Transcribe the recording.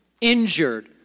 injured